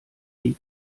nie